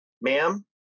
ma'am